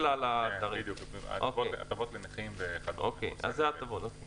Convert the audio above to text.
צריך להבין